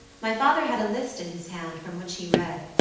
my father had a list in his hand, from which he read,